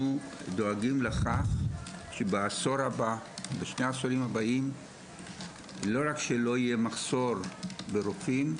דואגים לכך שבשני העשורים הבאים לא יהיה מחסור ברופאים,